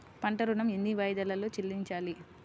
పంట ఋణం ఎన్ని వాయిదాలలో చెల్లించాలి?